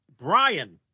Brian